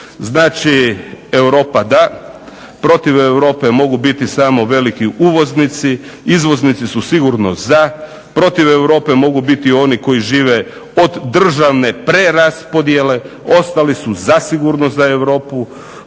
Znači Europa da, protiv Europe mogu biti samo veliki uvoznici, izvoznici su sigurno za, protiv Europe mogu biti oni koji žive od državne preraspodjele, ostali su zasigurno za Europu,